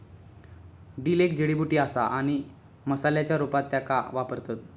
dill एक जडीबुटी असा आणि मसाल्याच्या रूपात त्येका वापरतत